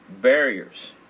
barriers